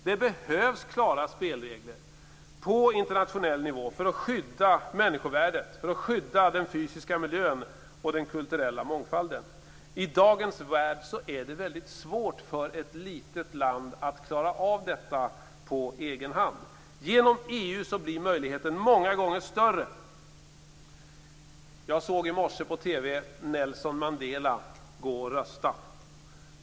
Det behövs klara spelregler på internationell nivå, för att skydda människovärdet, den fysiska miljön och den kulturella mångfalden. I dagens värld är det svårt för ett litet land att klara av det på egen hand. Genom EU blir möjligheten många gånger större. Jag såg Nelson Mandela gå och rösta i morse, på TV.